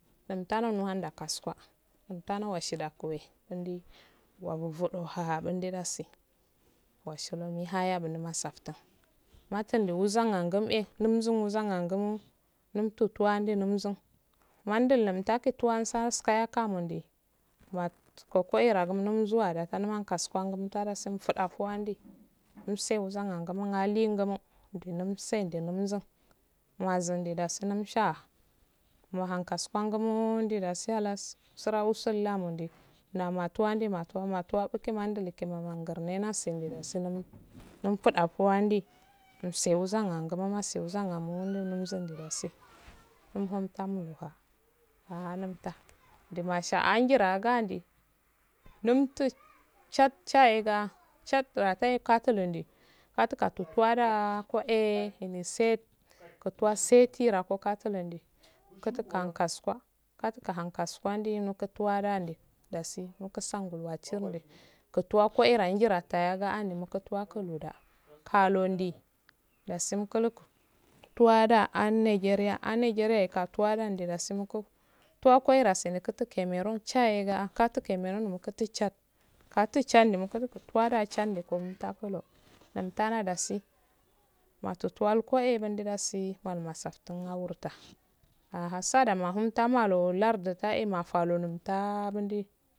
Unttahanulo wanda kaksua untanlo washinague undi wabubu do ha bundi dasi woshimilo haya bulo masafttun matuwuzan anggum eeh numzzon muzzan anggum numttum tuwa ndunum zzum mandulumtadun tuwanskan kaya kayamndd kokeragi mzuwa dai kal mahn kasuwangu umfuɗa fu wandi umsse uzzuyangumo alle ngumo umdun umasse umdunum ssum mazum eh dasi mdunu sha mahun kasuwengumooh dey dasi halas suru usulladum dde nahu mattuwa yaudeh matuwa mutuwa uquma dduu mamangurnne nasilum nasilum numffuɗa fuwondi umsse uwusengumo muge wusengumo umdunum ussun dasi ulumtahaluwa aha wumtta du masha njirangandi numdu tcha tchayega tchad etta etakolodu kato katotuwa dah kohey iniset kotuwa seti rako katuwendi kotu kohnn kasuwa kotu kohun kasuwa ndi muhuntuwa dasi nuhusongol wattir ndi kutuwa kora njirantaye nga'andi mukutuwa kuluda kaluwondi dasi mmukulu tuwa da an najiya an najiya ehh ekatuwalandu dasi muku tuwako kohle sera kutu kamerrron tcheyaya kato kamerron kutur tchadkutu tchad ehh mukutuwa chad muntakulo numtala dasi matu tuwak kohey numdal dasi malu mofsaftun ahurroda ahssada mahumtamalo laarduda eh mafalo umtta mundu